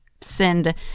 send